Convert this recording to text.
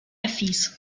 öffis